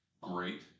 great